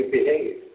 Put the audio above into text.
behave